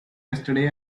yesterday